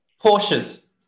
porsches